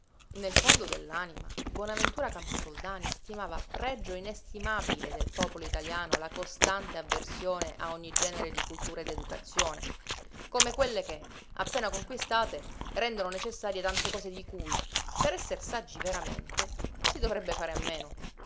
nel fondo dell'anima bonaventura camposoldani stimava pregio inestimabile del popolo italiano la costante avversione a ogni genere di cultura e d'educazione come quelle che appena conquistate rendono necessarie tante cose di cui per esser saggi veramente si dovrebbe fare a meno